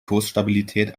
kursstabilität